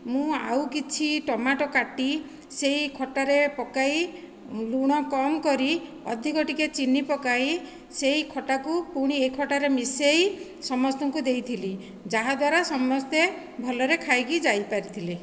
ମୁଁ ଆଉ କିଛି ଟମାଟୋ କାଟି ସେହି ଖଟାରେ ପକାଇ ଲୁଣ କମ କରି ଅଧିକ ଟିକେ ଚିନି ପକାଇ ସେହି ଖଟାକୁ ପୁଣି ଏହି ଖଟାରେ ମିଶାଇ ସମସ୍ତଙ୍କୁ ଦେଇଥିଲି ଯାହାଦ୍ୱାରା ସମସ୍ତେ ଭଲରେ ଖାଇକି ଯାଇପାରିଥିଲେ